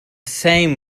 same